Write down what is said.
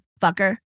Fucker